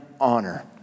honor